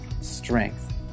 strength